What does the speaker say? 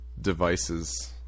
devices